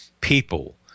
People